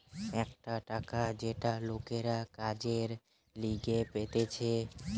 একটা টাকা যেটা লোকরা কাজের লিগে পেতেছে